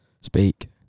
speak